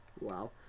Wow